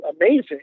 amazing